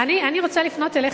אני רוצה לפנות אליך,